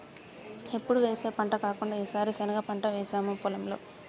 ఎప్పుడు వేసే పంట కాకుండా ఈసారి శనగ పంట వేసాము పొలంలో